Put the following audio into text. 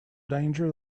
danger